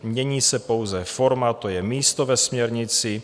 Mění se pouze forma, to je místo ve směrnici.